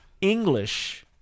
English